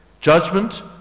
judgment